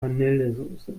vanillesoße